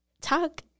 talk